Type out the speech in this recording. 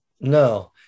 No